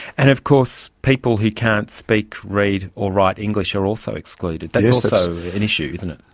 and of course people who can't speak, read or write english are also excluded, that's also an issue isn't it.